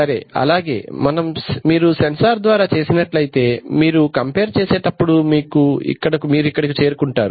సరే అలాగే మీరు సెన్సర్ ద్వారా చేసినట్లైతే మీరు కంపేర్ చేసేటప్పుడు మీరు ఇక్కడకు చేరుకుంటారు